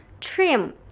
trim